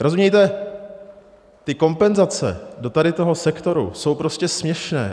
Rozumějte, ty kompenzace do tady toho sektoru jsou prostě směšné.